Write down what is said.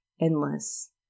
endless